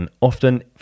often